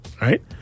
right